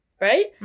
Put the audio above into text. right